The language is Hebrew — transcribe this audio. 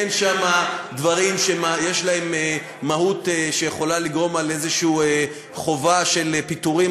אין שם דברים שיש להם מהות שיכולה לגרום איזו חובה של פיטורים,